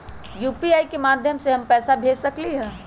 UPI के माध्यम से हम पैसा भेज सकलियै ह?